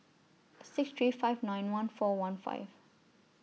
six three five nine one four one five